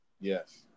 Yes